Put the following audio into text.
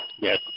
Yes